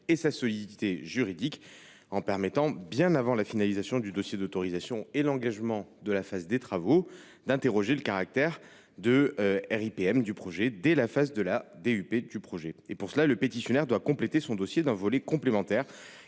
et sa solidité juridique en permettant, bien avant la finalisation du dossier d’autorisation et l’engagement de la phase de travaux, d’interroger le caractère de RIIPM du projet, dès la phase de la DUP de celui ci. Pour cela, le pétitionnaire doit compléter son dossier par un volet complémentaire